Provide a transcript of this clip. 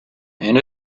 and